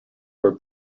were